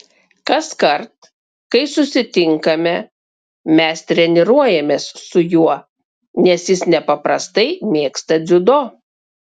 kaskart kai susitinkame mes treniruojamės su juo nes jis nepaprastai mėgsta dziudo